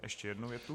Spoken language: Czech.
Ještě jednu větu.